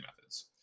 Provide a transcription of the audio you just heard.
methods